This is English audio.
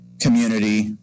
community